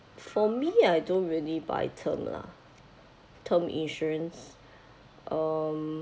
for me I don't really buy term lah term insurance um